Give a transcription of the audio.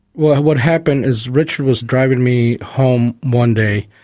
what what happened is richard was driving me home one day,